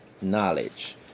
knowledge